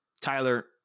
Tyler